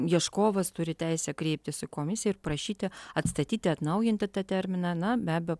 ieškovas turi teisę kreiptis į komisiją ir prašyti atstatyti atnaujinti tą terminą na be abejo